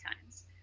times